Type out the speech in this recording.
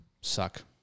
suck